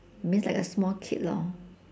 means like a small kid lor